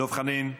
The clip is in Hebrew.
דב חנין.